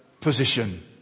position